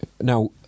Now